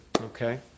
Okay